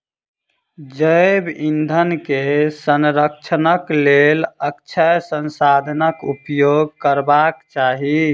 जैव ईंधन के संरक्षणक लेल अक्षय संसाधनाक उपयोग करबाक चाही